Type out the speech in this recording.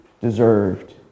deserved